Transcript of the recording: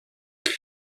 both